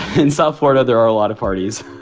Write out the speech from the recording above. in south florida. there are a lot of parties.